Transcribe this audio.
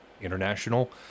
international